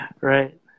Right